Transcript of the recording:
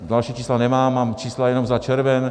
Další čísla nemám, mám čísla jenom za červen.